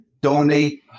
donate